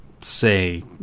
say